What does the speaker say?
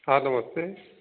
हाँ नमस्ते